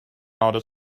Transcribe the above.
outer